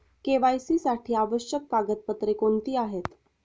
KYC साठी आवश्यक कागदपत्रे कोणती आहेत?